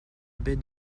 baie